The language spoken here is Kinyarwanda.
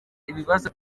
ibibazo